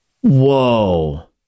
Whoa